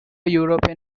european